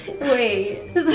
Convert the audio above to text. Wait